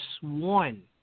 one